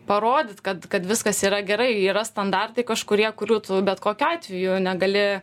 parodyt kad kad viskas yra gerai yra standartai kažkurie kurių tu bet kokiu atveju negali